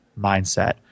mindset